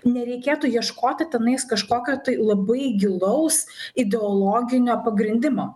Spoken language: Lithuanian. nereikėtų ieškoti tenais kažkokio tai labai gilaus ideologinio pagrindimo